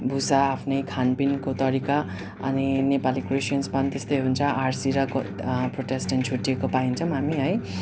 भूषा आफ्नै खानपिनको तरिका अनि नेपाली क्रिस्टियनमा पनि त्यस्तै हुन्छ आरसी र प्रोटेस्टेन्ट छुट्टेको पाइन्छौँ हामी है